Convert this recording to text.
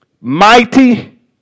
Mighty